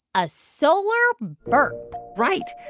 a solar burp right.